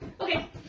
Okay